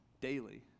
daily